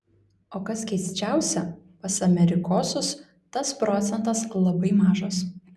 o kas keisčiausia pas amerikosus tas procentas labai mažas